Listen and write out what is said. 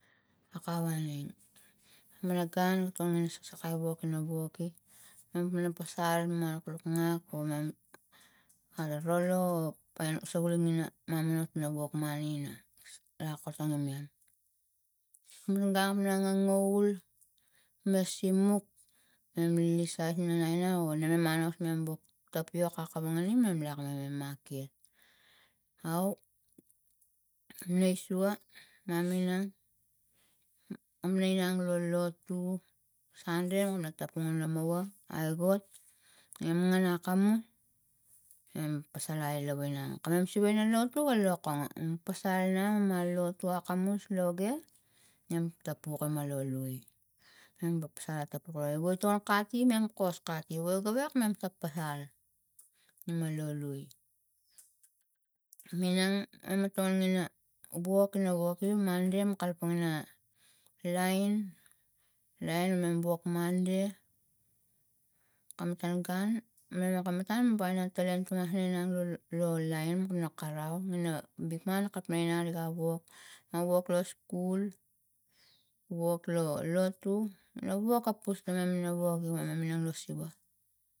Tgc- 05- c038 5 aku waning mana gun kongina saksakai wok ina woge mam minang pasal ma lukluk ngak o mam kana rolo o pan sogul lo mina mamnomot pana wok mani ina akatong imam gun ina ngangavul ma simuk ma lisat ina naina o nana manos mam buk tapiok akonoingma lak mame maket au nesiua mam minang ma inang lo lotu sunde me tapungan lomava aigok nem ngan akamu me pasal ailavang kamam siva ina lotu a lo kongo mam pasal inang ma lotu akamus loge nem tapuk ema lo lui. mem pasal etapuk waitong a kati mem kos kati wai gawek mam paspasal mama lo lui minang wok ina woge monde mam a kalapang ina line. line mam wok monde kam matan gun lo line ian karau na bikman kapna ri ga wok na wok lo skul wok lo lotu na wok apus tamam ina woge mam inang lo siva aka waning.